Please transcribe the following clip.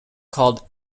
called